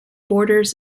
borders